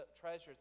treasures